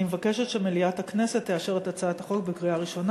אני מבקשת שמליאת הכנסת תאשר את הצעת החוק בקריאה ראשונה